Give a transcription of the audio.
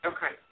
Okay